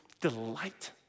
delight